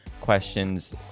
questions